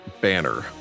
Banner